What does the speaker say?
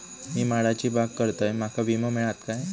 मी माडाची बाग करतंय माका विमो मिळात काय?